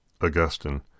Augustine